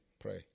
pray